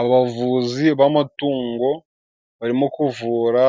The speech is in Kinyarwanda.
Abavuzi b'amatungo barimo kuvura